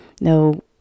no